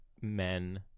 men